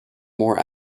more